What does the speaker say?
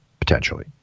potentially